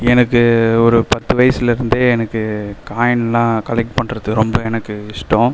எனக்கு ஒரு பத்து வயசுலேருந்தே எனக்கு காயின்லாம் கலெக்ட் பண்ணுறது ரொம்ப எனக்கு இஷ்டம்